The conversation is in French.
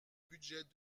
budget